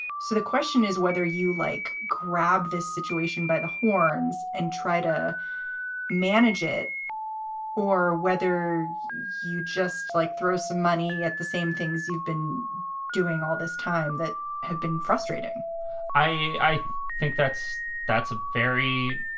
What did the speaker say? so the question is whether you, like, grab this situation by the horns and try to manage it or whether you just, like, throw some money at the same things you've been doing all this time that have been frustrating i think that's that's a very.